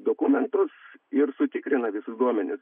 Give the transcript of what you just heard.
dokumentus ir sutikrina visus duomenis